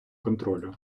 контролю